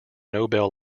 nobel